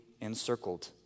encircled